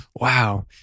wow